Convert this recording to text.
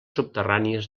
subterrànies